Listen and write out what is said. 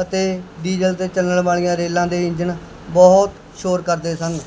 ਅਤੇ ਡੀਜ਼ਲ 'ਤੇ ਚੱਲਣ ਵਾਲੀਆਂ ਰੇਲਾਂ ਦੇ ਇੰਜਨ ਬਹੁਤ ਸ਼ੋਰ ਕਰਦੇ ਸਨ